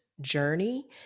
journey